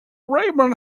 rainbow